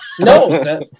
No